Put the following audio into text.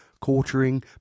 quartering